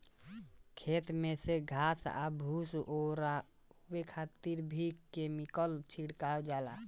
खेत में से घास आ फूस ओरवावे खातिर भी केमिकल छिड़कल जाला